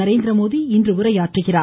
நரேந்திரமோடி இன்று உரையாற்றுகிறார்